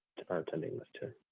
our attending list.